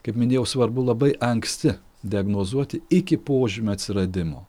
kaip minėjau svarbu labai anksti diagnozuoti iki požymių atsiradimo